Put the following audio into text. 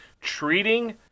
Treating